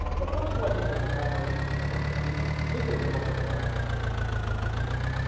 um but also, i think there's an admiration for lincoln. i mean lincoln is the most admired man in american history, always has been.